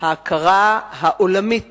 ההכרה העולמית